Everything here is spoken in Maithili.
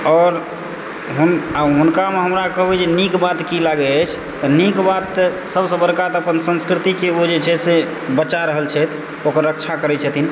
आओर हम आ हुनकामे हमरा कहबै जे नीक बात की लागैत अछि तऽ नीक बात सभसँ बड़का तऽ अपन संस्कृतिके ओ जे छथि से बचा रहल छथि ओकर रक्षा करैत छथिन